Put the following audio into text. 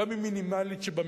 גם אם היא מינימלית שבמינימלית,